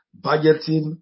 Budgeting